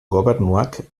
gobernuak